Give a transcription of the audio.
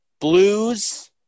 Blues